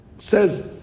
says